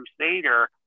crusader